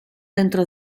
dentro